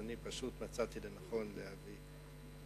אז אני פשוט מצאתי לנכון להגיד.